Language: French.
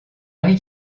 arrive